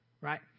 right